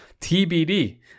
TBD